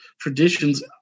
traditions